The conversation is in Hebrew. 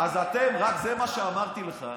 אז אתם, זה מה שאמרתי לך,